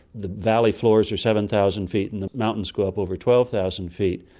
the valley floors are seven thousand feet and the mountains go up over twelve thousand feet.